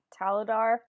Taladar